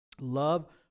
Love